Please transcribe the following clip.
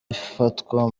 ifatwa